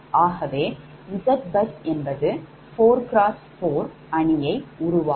ஆகவே ZBus என்பது4x4 அணியை உருவாக்கும்